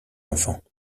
enfants